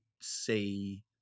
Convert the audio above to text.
see